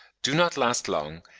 do not last long,